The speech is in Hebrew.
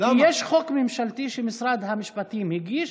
כי יש חוק ממשלתי שמשרד המשפטים הגיש,